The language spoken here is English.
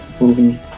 movie